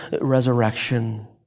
resurrection